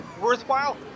Worthwhile